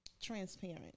transparent